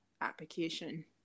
application